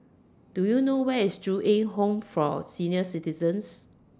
Do YOU know Where IS Ju Eng Home For Senior Citizens